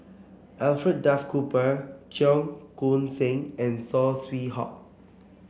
Alfred Duff Cooper Cheong Koon Seng and Saw Swee Hock